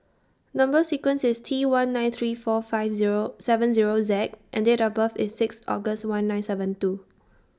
Number sequence IS T one nine three four five Zero seven Zero Z and Date of birth IS six August one nine seven two